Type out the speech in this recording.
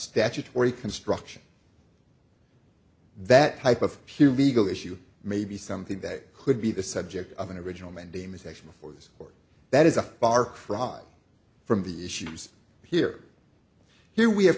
statutory construction that type of here legal issue may be something that could be the subject of an original mandamus action before this court that is a far cry from the issues here here we have